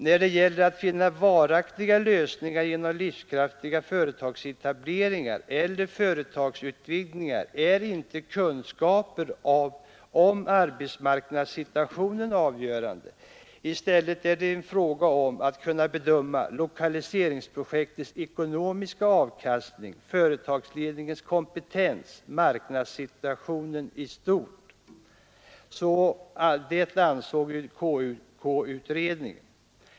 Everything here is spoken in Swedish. När det gäller att finna varaktiga lösningar genom livskraftiga företagsetableringar eller företagsutvidgningar är inte kunskaper om arbetsmarknadssituationen avgörande. I stället är det fråga om att kunna bedöma lokaliseringsprojektets ekonomiska avkastning, företagsledningens kompetens, marknadssituationen i stort osv., ansåg KK-utredningen.